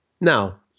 now